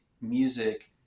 music